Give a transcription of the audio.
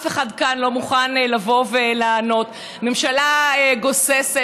אף אחד כאן לא מוכן לבוא ולענות, ממשלה גוססת.